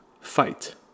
fight